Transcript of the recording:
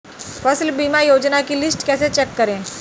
फसल बीमा योजना की लिस्ट कैसे चेक करें?